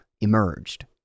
emerged